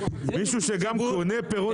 מישהו שגם קונה פירות וירקות.